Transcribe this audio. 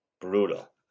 Brutal